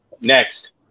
Next